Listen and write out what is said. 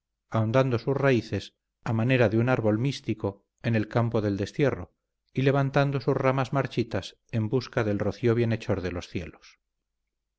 ahondando sus raíces a manera de un árbol místico en el campo del destierro y levantando sus ramas marchitas en busca del rocío bienhechor de los cielos